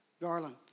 Garland